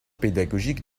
pédagogique